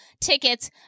tickets